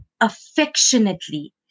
affectionately